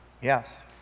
Yes